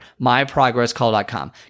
myprogresscall.com